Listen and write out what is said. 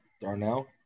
Darnell